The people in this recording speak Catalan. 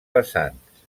vessants